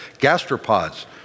Gastropods